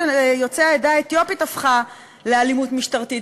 יוצאי העדה האתיופית הפכה לאלימות משטרתית,